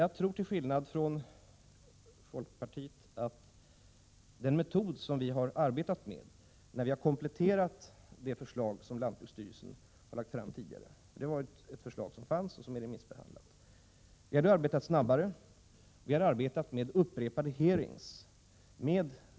Jag tror, till skillnad från folkpartiet, att den metod som vi har arbetat med när vi har kompletterat det förslag som lantbruksstyrelsen tidigare lagt fram, ett förslag som remissbehandlats, har inneburit att arbetet gått snabbare. Vi har arbetat med upprepade utfrågningar.